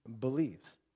believes